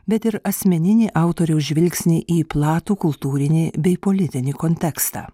bet ir asmeninį autoriaus žvilgsnį į platų kultūrinį bei politinį kontekstą